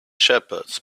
shepherds